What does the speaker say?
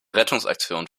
rettungsaktion